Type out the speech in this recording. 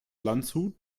landshut